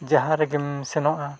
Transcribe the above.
ᱡᱟᱦᱟᱸ ᱨᱮᱜᱮᱢ ᱥᱮᱱᱚᱜᱼᱟ